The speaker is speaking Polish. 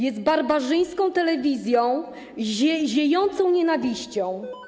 Jest barbarzyńską telewizją, ziejącą nienawiścią.